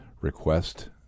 request